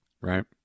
right